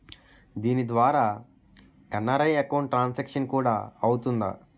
దీని ద్వారా NRI account transaction కూడా అవుతుందా?